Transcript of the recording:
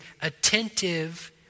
attentive